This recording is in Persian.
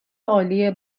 عالی